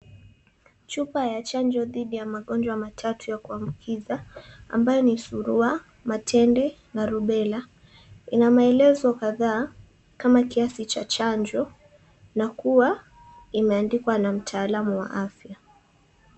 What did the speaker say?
Chupa ya chanjo dhidi ya magonjwa matatu ya kuambukiza ambayo ni Surua, Matende, na Rubella, ina maelezo kadhaa kama kiasi cha chanjo, na kuwa imeandikwa na mtaalamu wa afya.